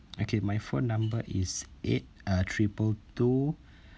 okay my phone number is eight uh triple two